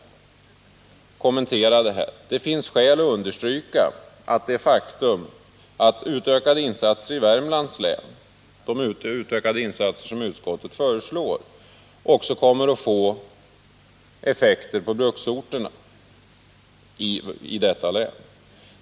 Det finns skäl att understryka det faktum att de utökade insatser i Värmland som utskottet föreslår också kommer att få effekter på bruksorterna i detta län.